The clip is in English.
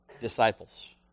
disciples